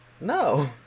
No